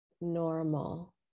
normal